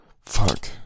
Fuck